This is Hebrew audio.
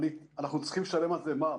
אנחנו צריכים לשלם על זה מע"מ.